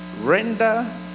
Render